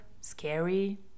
scary